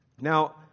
Now